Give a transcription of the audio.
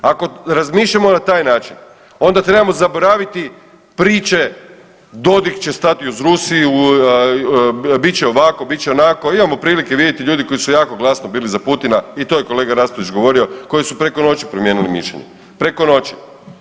Ako razmišljamo na taj način onda trebamo zaboraviti priče Dodig će stati uz Rusiju, bit će ovako, bit će onako, imamo prilike vidjeti ljude koji su jako glasno bili za Putina i to je kolega Raspudić govorio, koji su preko noći promijenili mišljenje, preko noći.